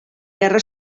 guerra